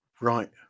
right